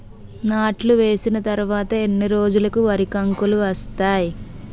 నాట్లు వేసిన తర్వాత ఎన్ని రోజులకు వరి కంకులు వస్తాయి?